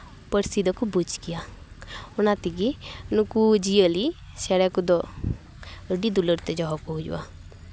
ᱯᱟᱹᱨᱥᱤ ᱫᱚᱠᱚ ᱵᱩᱡᱽ ᱜᱮᱭᱟ ᱚᱱᱟ ᱛᱮᱜᱮ ᱱᱩᱠᱩ ᱡᱤᱭᱟᱹᱞᱤ ᱪᱮᱬᱮ ᱠᱚᱫᱚ ᱟᱹᱰᱤ ᱫᱩᱞᱟᱹᱲ ᱛᱮ ᱫᱚᱦᱚ ᱠᱚ ᱦᱩᱭᱩᱜᱼᱟ